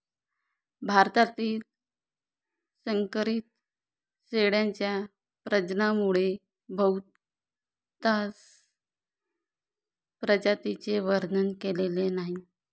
भारतातील संकरित शेळ्यांच्या प्रजननामुळे बहुतांश प्रजातींचे वर्णन केलेले नाही